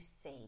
say